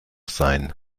sein